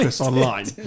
online